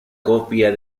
copia